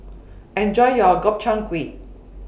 Enjoy your Gobchang Gui